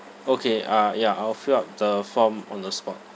okay ah ya I will fill up the form on the spot